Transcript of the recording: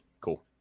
Cool